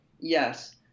yes